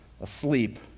asleep